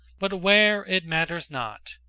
but where it matters not,